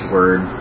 Word